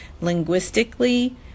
linguistically